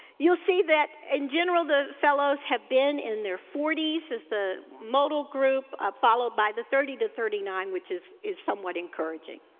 you'll see that, in general, the fellows have been in their forty s as the model group followed by the thirty to thirty nine, which is is somewhat encouraging.